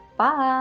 Bye